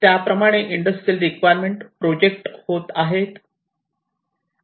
त्याप्रमाणे industrial requirement project होत आहे